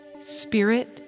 spirit